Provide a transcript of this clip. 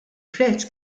prezz